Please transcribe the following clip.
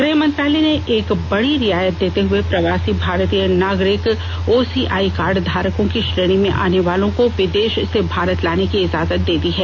गृह मंत्रालय ने एक बड़ी रियायत देते हुए प्रवासी भारतीय नागरिक ओसीआई कार्ड धारकों की श्रेणी में आने वालों को विदेश से भारत वापस लाने की इजाजत दे दी है